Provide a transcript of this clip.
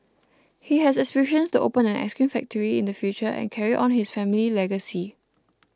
he has aspirations to open an ice cream factory in the future and carry on his family legacy